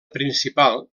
principal